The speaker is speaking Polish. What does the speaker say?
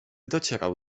docierał